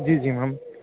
जी जी मैम